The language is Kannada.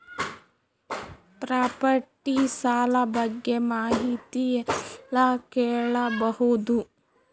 ಪ್ರಾಪರ್ಟಿ ಸಾಲ ಬಗ್ಗೆ ಮಾಹಿತಿ ಎಲ್ಲ ಕೇಳಬಹುದು?